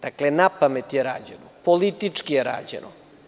Dakle, napamet je rađeno, politički je rađeno.